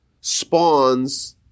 spawns